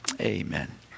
Amen